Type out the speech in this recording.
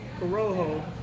Corojo